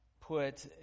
put